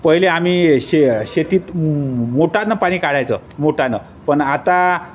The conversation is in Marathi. पहिले आम्ही शे शेतीत मोटानं पाणी काढायचं मोटानं पण आता